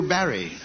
Barry